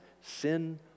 sin